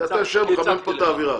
אתה יושב ומחמם פה את האווירה.